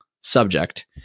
subject